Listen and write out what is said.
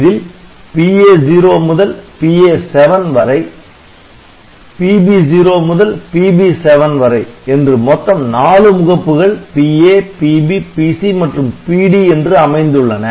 இதில் PA0 முதல் PA7 வரை PB0 முதல் PB7 வரை என்று மொத்தம் 4 முகப்புகள் PA PB PC மற்றும் PD என்று அமைந்து உள்ளன